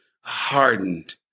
hardened